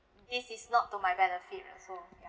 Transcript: this is not to my benefit also ya